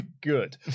Good